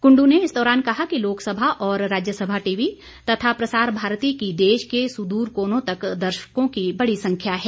कुंडु ने इस दौरान कहा कि लोकसभा और राज्यसभा टीवी तथा प्रसार भारती की देश के सुदूर कोनों तक दर्शकों की बड़ी संख्या है